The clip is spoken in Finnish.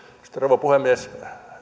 sitten rouva puhemies